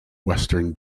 western